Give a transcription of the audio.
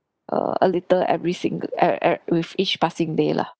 err a little every single uh uh with each passing day lah